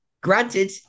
granted